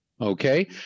Okay